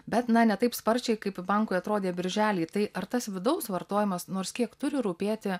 bet na ne taip sparčiai kaip bankui atrodė birželį tai ar tas vidaus vartojimas nors kiek turi rūpėti